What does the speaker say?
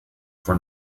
for